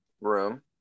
room